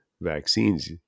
vaccines